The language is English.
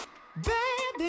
Bad